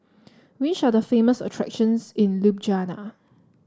which are the famous attractions in Ljubljana